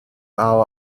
our